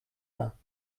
bains